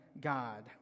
god